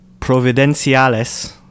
Providenciales